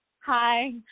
Hi